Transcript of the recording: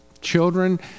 Children